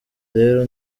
rero